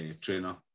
trainer